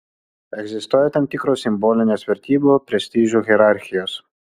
egzistuoja tam tikros simbolinės vertybių ir prestižų hierarchijos